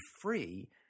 free